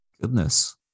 Goodness